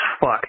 fuck